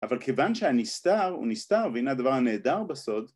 אבל כיוון שהנסתר הוא נסתר והנה הדבר הנהדר בסוד